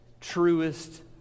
truest